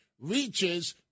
reaches